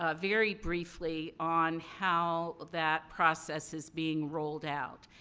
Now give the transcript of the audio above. ah very briefly, on how that process is being rolled out.